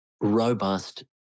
robust